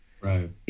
Right